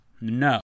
No